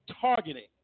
targeting